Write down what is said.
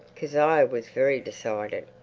kezia was very decided.